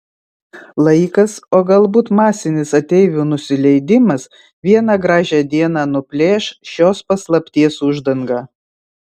laikas o galbūt masinis ateivių nusileidimas vieną gražią dieną nuplėš šios paslapties uždangą